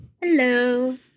Hello